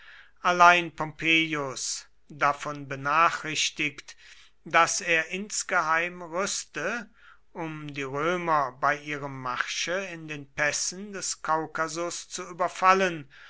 allein pompeius davon benachrichtigt daß er insgeheim rüste um die römer bei ihrem marsche in den pässen des kaukasus zu überfallen